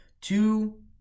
Two